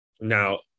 now